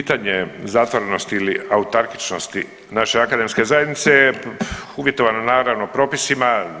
Pitanje zatvorenosti ili autarkičnosti naše akademske zajednice je uvjetovano naravno propisima.